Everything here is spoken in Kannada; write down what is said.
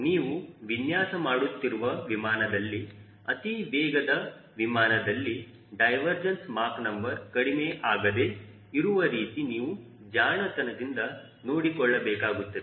ನೀವು ವಿನ್ಯಾಸ ಮಾಡುತ್ತಿರುವ ವಿಮಾನದಲ್ಲಿ ಅತಿ ವೇಗದ ವಿಮಾನದಲ್ಲಿ ಡೈವರ್ಜೆಂಸ ಮಾಕ್ ನಂಬರ್ ಕಡಿಮೆ ಆಗದೇ ಇರುವ ರೀತಿ ನೀವು ಜಾಣತನದಿಂದ ನೋಡಿಕೊಳ್ಳಬೇಕಾಗುತ್ತದೆ